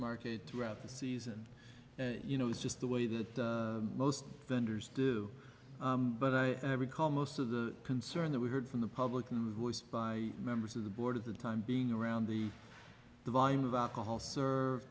market throughout the season you know it's just the way that most vendors do but i recall most of the concern that we heard from the publican voiced by members of the board of the time being around the the volume of alcohol serve